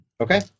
Okay